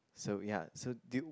so ya so do you